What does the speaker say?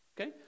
Okay